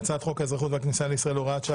1. הצעת חוק האזרחות והכניסה לישראל (הוראת שעה),